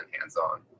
hands-on